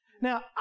Now